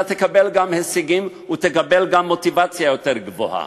אתה תקבל גם הישגים וגם מוטיבציה יותר גבוהה.